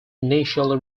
initially